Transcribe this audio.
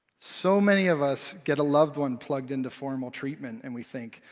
so many of us get a loved one plugged into formal treatment and we think,